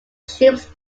troops